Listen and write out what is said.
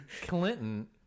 clinton